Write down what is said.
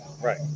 Right